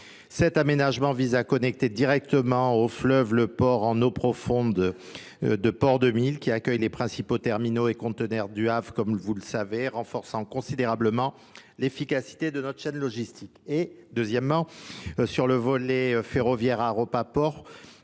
Cet aménagement vise à connecter directement au fleuve le port en eaux profondes de Port-de-Mille qui accueille les principaux terminaux et conteneurs du Havre comme vous le savez renforçant considérablement l'efficacité de notre chaîne logistique. Et, deuxièmement, sur le volet ferroviaire à Ropaport